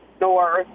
north